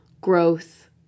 growth